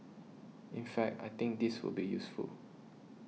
in fact I think this will be useful